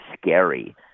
scary